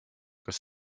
kas